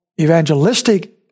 evangelistic